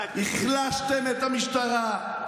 לכלכתם את המשטרה,